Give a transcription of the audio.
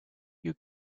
you